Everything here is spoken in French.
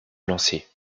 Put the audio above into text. lancers